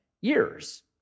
years